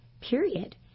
period